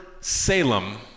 Salem